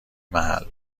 محل